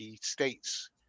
States